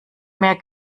mehr